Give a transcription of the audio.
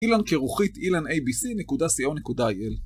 אילן כרוכית, ilanabc.co.il